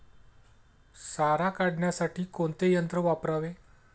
सारा काढण्यासाठी कोणते यंत्र वापरावे?